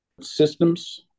systems